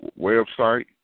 website